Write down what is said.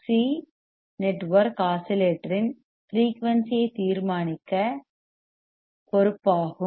C RC network ஆஸிலேட்டரின் frequency ஐ தீர்மானிக்க பொறுப்பாகும்